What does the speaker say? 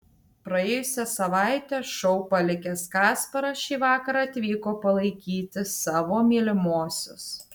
praėjusią savaitę šou palikęs kasparas šįvakar atvyko palaikyti savo mylimosios